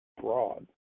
broad